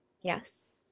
yes